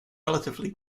relatively